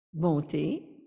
bonté